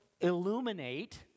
Illuminate